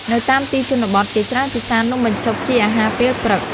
នៅតាមទីជនបទគេច្រើនពិសានំបញ្ចុកជាអាហារពេលព្រឹក។